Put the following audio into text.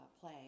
play